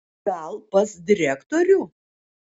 gal pas direktorių